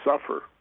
suffer